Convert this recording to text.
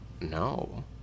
no